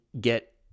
get